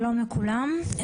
שלום לכולם,